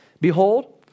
Behold